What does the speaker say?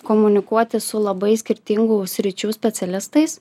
komunikuoti su labai skirtingų sričių specialistais